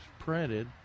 Printed